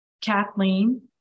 Kathleen